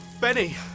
Benny